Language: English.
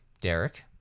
Derek